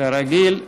כרגיל.